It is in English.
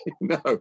No